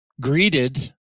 greeted